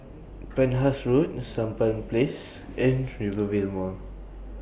Penhas Road Sampan Place and Rivervale Mall